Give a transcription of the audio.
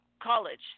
college